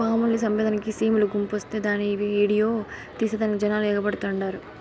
పాముల్ని సంపేదానికి సీమల గుంపొస్తే దాన్ని ఈడియో తీసేదానికి జనాలు ఎగబడతండారు